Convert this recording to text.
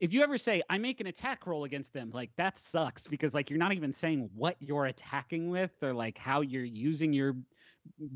if you ever say, i make an attack roll against them, like that sucks because like you're not even saying what you're attacking with or like how you're using your